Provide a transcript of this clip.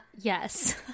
Yes